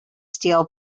steel